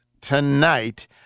tonight